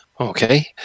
Okay